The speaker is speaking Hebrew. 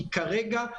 כי כרגע,